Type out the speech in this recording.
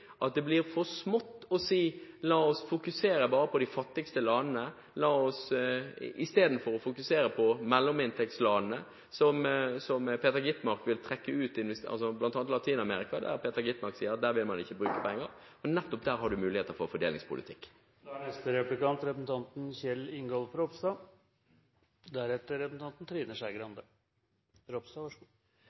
at det blir for smått å si at vi bare skal fokusere på de fattigste landene, istedenfor å fokusere på mellominntektslandene i bl.a. Latin-Amerika, der Peter Skovholt Gitmark sier at man ikke vil bruke penger. Det er nettopp der man har muligheter for fordelingspolitikk. På den ene siden er